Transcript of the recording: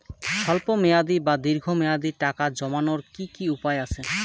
স্বল্প মেয়াদি বা দীর্ঘ মেয়াদি টাকা জমানোর কি কি উপায় আছে?